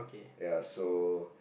ya so